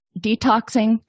detoxing